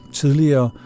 tidligere